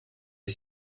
est